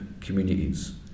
communities